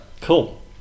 Cool